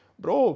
bro